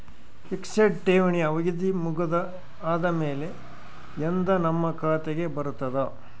Fixed ಠೇವಣಿ ಅವಧಿ ಮುಗದ ಆದಮೇಲೆ ಎಂದ ನಮ್ಮ ಖಾತೆಗೆ ಬರತದ?